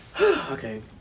Okay